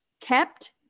kept